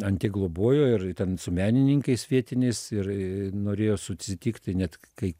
an tiek globojo ir ten su menininkais vietiniais ir norėjo susitikti net kai